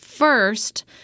First